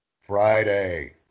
Friday